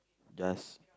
just